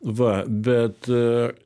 va bet